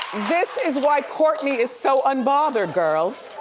this is why kourtney is so unbothered, girls.